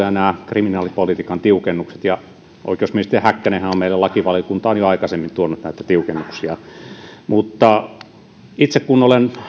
ja nämä kriminaalipolitiikan tiukennukset ovat täysin perusteltuja oikeusministeri häkkänenhän on meille lakivaliokuntaan jo aikaisemmin tuonut näitä tiukennuksia itse kun olen